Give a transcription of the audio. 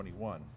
21